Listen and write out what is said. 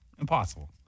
Impossible